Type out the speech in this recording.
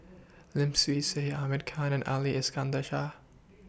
Lim Swee Say Ahmad Khan and Ali Iskandar Shah